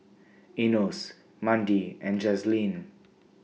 Enos Mandi and Jazlene